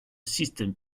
système